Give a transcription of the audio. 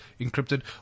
encrypted